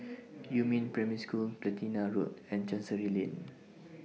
Yumin Primary School Platina Road and Chancery Lane